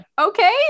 Okay